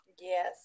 Yes